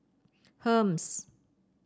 Hermes